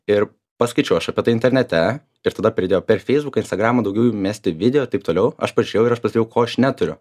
ir paskaičiau aš apie tai internete ir tada pridėjo per feisbuką instagramą daugiau jų mesti video taip toliau aš pažiūrėjau ir aš pastebėjau ko aš neturiu